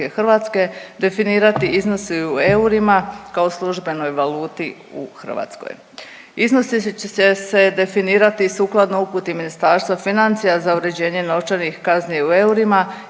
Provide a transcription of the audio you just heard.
Vlada RH definirati iznos i u eurima kao službenoj valuti u Hrvatskoj. Iznosi će se definirati sukladno uputi Ministarstva financija za uređenje novčanih kazni u eurima